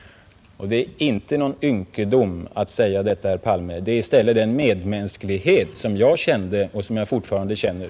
Det är inte någon ynkedom att säga detta, fru talman, det är ett uttryck för medmänsklighet som jag kände och som jag fortfarande känner.